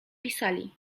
pisali